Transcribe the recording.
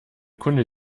kunde